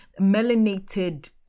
melanated